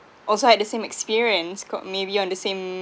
also had the same experience got me beyond the same